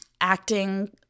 acting